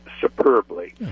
superbly